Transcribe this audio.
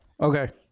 okay